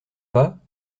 pas